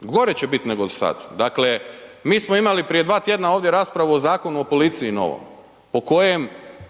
gore že bit nego do sad. Dakle mi smo imali prije 2 tj. ovdje raspravu o Zakonu o policiji novom po kojem